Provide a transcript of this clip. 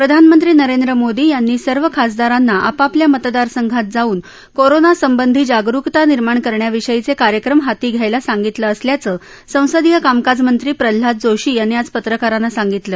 प्रधानमंत्री नरेंद्र मोदी यांनी सर्व खासदारांना आपापल्या मतदारसंघात जाऊन कोरोना संबंधी जागरुती निर्माण करण्याविषयीचे कार्यक्रम हाती घ्यायला सांगितलं असल्याचं संसदीय कामकाजमंत्री प्रल्हाद जोशी यांनी आज पत्रकारांना सांगितलं